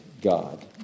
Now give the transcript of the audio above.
God